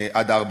עד 4 טון,